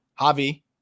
Javi